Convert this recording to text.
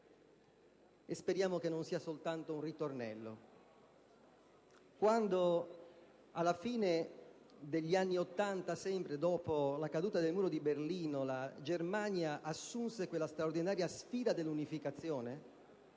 e speriamo che non sia soltanto un ritornello. Quando, alla fine degli anni 80, sempre dopo la caduta del Muro di Berlino, la Germania assunse la straordinaria sfida dell'unificazione